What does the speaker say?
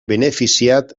beneficiat